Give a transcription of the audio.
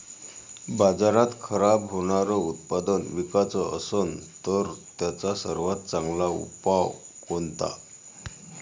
बाजारात खराब होनारं उत्पादन विकाच असन तर त्याचा सर्वात चांगला उपाव कोनता?